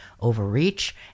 overreach